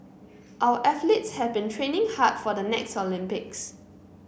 our athletes have been training hard for the next Olympics